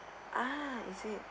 ah